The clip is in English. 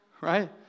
Right